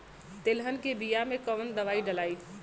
तेलहन के बिया मे कवन दवाई डलाई?